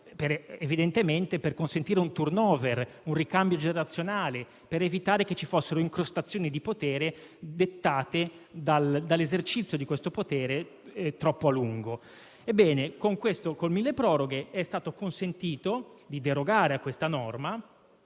evidentemente per consentire un *turnover*, un ricambio generazionale, per evitare che ci fossero incrostazioni dettate dall'esercizio di tale potere troppo a lungo. Ebbene, con il milleproroghe è stato consentito di derogare a questa norma,